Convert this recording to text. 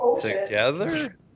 together